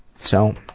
so